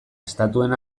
estatuen